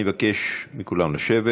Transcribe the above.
אני מבקש מכולם לשבת.